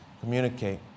communicate